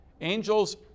Angels